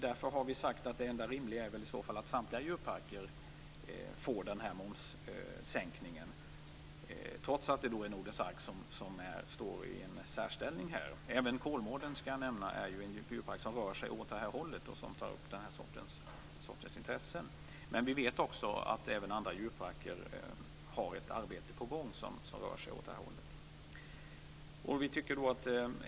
Därför säger vi att det enda rimliga nog är att samtliga djurparker får en momssänkning, trots att Nordens Ark har en särställning. Även Kolmårdens djurpark rör sig åt samma håll. Man tar där upp den här sortens intressen. Vi vet också att även andra djurparker har ett arbete på gång som rör sig åt nämnda håll.